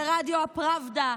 ברדיו פראבדה,